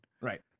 Right